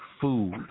food